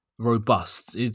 robust